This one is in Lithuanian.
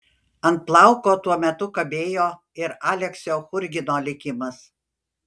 ant plauko tuo metu kabėjo ir aleksio churgino likimas